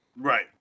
Right